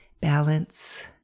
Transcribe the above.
Balance